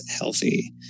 Healthy